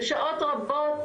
ושעות רבות,